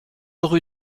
rue